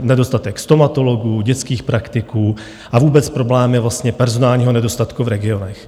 Nedostatek stomatologů, dětských praktiků a vůbec problémy vlastně personálního nedostatku v regionech.